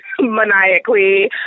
maniacally